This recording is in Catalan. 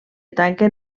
tanquen